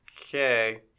okay